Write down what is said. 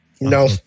No